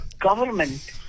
government